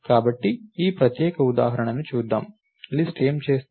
కాబట్టి ఈ ప్రత్యేక ఉదాహరణను చూద్దాం లిస్ట్ ఏమి చేస్తుంది